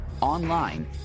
online